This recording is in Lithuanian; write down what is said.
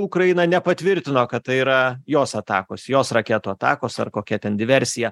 ukraina nepatvirtino kad tai yra jos atakos jos raketų atakos ar kokia ten diversija